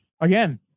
again